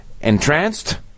entranced